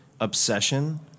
Obsession